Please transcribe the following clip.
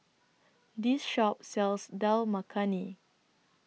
This Shop sells Dal Makhani